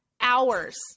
hours